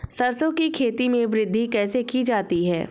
सरसो की खेती में वृद्धि कैसे की जाती है?